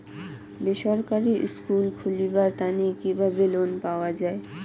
বেসরকারি স্কুল খুলিবার তানে কিভাবে লোন পাওয়া যায়?